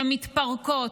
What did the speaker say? שמתפרקות,